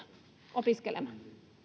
opiskelemaan